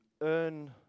earn